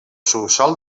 subsòl